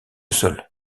sol